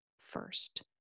first